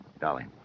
Dolly